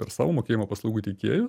per savo mokėjimo paslaugų teikėją